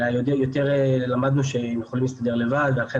אלא למדנו שהם יכולים להסתדר לבד ולכן